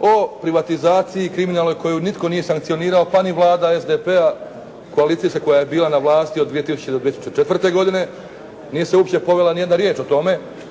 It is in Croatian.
o privatizaciji kriminalnoj koju nitko nije sankcionirao pa ni Vlada SDP-a koalicijska koja je bila na vlasti od 2000. do 2004. godine. Nije se uopće povela ni jedna riječ o tome.